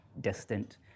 distant